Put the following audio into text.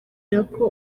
nako